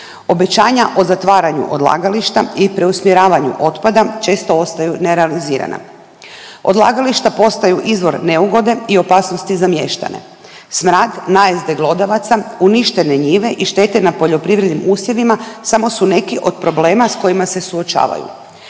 Obećanja o zatvaranju odlagališta i preusmjeravanju otpada često ostaju nerealizirana. Odlagališta postaju izvor neugode i opasnosti za mještane. Smrad najezde glodavaca, uništene njive i štete na poljoprivrednim usjevima samo su neki od problema s kojima se suočavaju.